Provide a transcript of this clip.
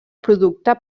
producte